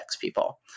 people